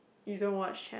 you don't watch channel